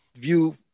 view